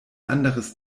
anderes